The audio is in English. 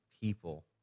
people